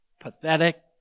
pathetic